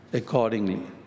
accordingly